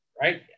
right